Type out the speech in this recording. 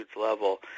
level